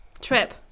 Trip